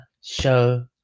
show